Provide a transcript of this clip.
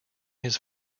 his